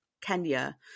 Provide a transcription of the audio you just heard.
Kenya